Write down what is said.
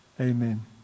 Amen